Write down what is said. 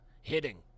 hitting